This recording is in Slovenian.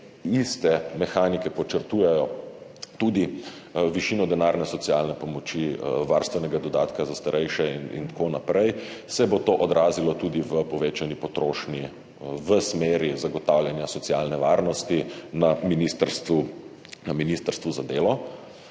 iste mehanike podčrtujejo tudi višino denarne socialne pomoči, varstvenega dodatka za starejše in tako naprej, se bo to odrazilo tudi v povečani potrošnji v smeri zagotavljanja socialne varnosti na ministrstvu za delo.